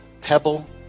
pebble